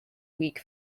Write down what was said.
week